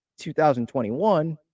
2021